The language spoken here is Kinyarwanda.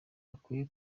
bakwiye